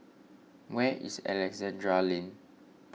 where is Alexandra Lane